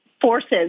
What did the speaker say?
forces